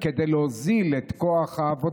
שיקבלו את האזיקונים האלה